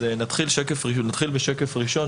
נתחיל בשקף ראשון,